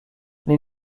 les